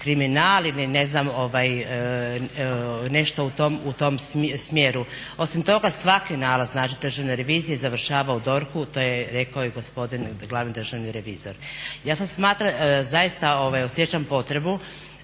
kriminal ili ne znam nešto u tom smjeru. Osim toga, svaki nalaz države revizije završava u DORH-u to je rekao i gospodin glavni državni revizor. Ja sada smatram, zaista osjećam potrebu